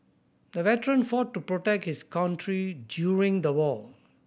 the veteran fought to protect his country during the war